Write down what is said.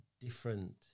different